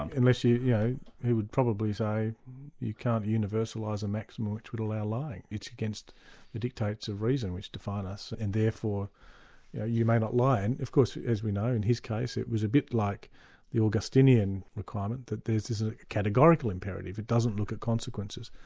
um unless yeah he would probably say you can't universalise a maxim which would allow lying, it's against the dictates of reason, which defied us, and therefore you may not lie. and of course as we know in his case, it was a bit like the augustinian requirement that this is a categorical imperative, it doesn't look at consequences.